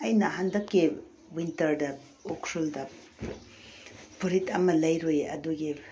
ꯑꯩꯅ ꯍꯟꯗꯛꯀꯤ ꯋꯤꯟꯇꯔꯗ ꯎꯈ꯭ꯔꯨꯜꯗ ꯐꯨꯔꯤꯠ ꯑꯃ ꯂꯩꯔꯨꯏ ꯑꯗꯨꯒꯤ